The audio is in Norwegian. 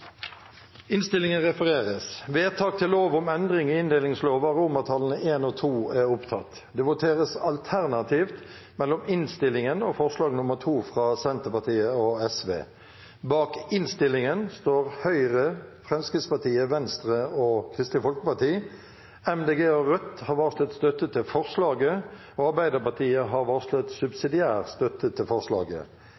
innstillingen står Høyre, Fremskrittspartiet, Venstre og Kristelig Folkeparti. Miljøpartiet De Grønne og Rødt har varslet støtte til forslaget, og Arbeiderpartiet har varslet